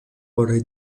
por